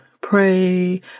pray